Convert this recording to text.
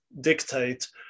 dictate